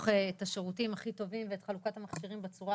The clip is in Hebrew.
את השירותים הכי טובים ואת חלוקת המכשירים בצורה